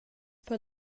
per